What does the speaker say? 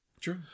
True